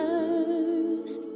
earth